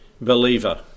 believer